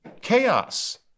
Chaos